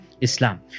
Islam